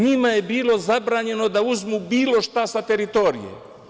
NJima je bilo zabranjeno da uzmu bilo šta sa teritorije.